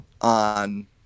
on